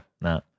No